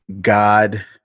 God